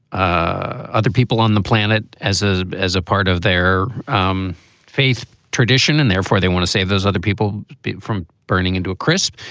ah other people on the planet as a as a part of their um faith tradition and therefore they want to save those other people from burning into a crisp?